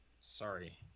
Sorry